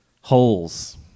Holes